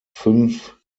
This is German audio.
fünf